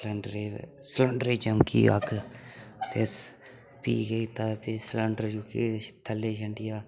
सिलिंडरै सिलिंडरै चमकी अग्ग ते फ्ही केह् कीता फ्ही सिलिंडर चुक्कियै थल्लै छंडेआ